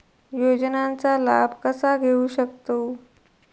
योजनांचा लाभ कसा घेऊ शकतू?